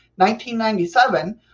1997